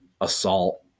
assault